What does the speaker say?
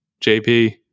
jp